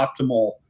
optimal